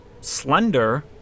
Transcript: slender